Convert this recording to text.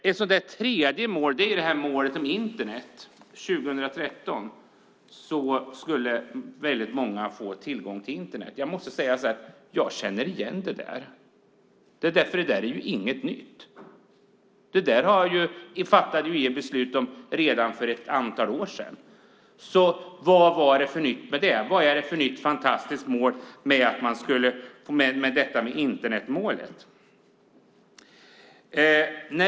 Ytterligare ett mål är det om Internet. År 2013 skulle väldigt många ha tillgång till Internet. Jag måste säga att jag känner igen det där; det är inget nytt. Det där fattade EU beslut om redan för ett antal år sedan. Vad är det alltså för nytt och fantastiskt mål med Internetmålet?